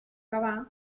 cavar